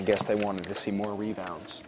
i guess they want to see more rebounds